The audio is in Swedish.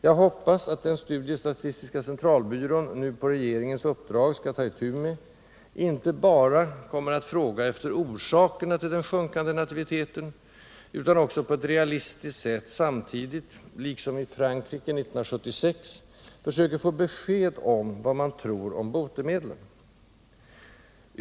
Jag hoppas att den studie statistiska centralbyrån nu på regeringens uppdrag skall ta itu med inte bara kommer att fråga efter orsakerna till den sjunkande nativiteten, utan också på ett realistiskt sätt samtidigt — liksom i Frankrike 1976 — försöker få besked om vad man tror om botemedlen.